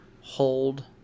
hold